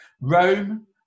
Rome